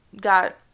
got